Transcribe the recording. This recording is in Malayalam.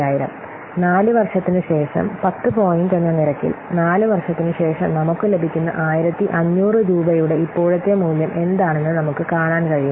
4 വർഷത്തിനുശേഷം 10 പോയിന്റ് എന്ന നിരക്കിൽ 4 വർഷത്തിനുശേഷം നമുക്ക് ലഭിക്കുന്ന 1500 രൂപയുടെ ഇപ്പോഴത്തെ മൂല്യം എന്താണെന്ന് നമുക്ക് കാണാൻ കഴിയും